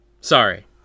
Sorry